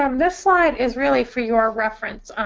um this slide is really for your reference.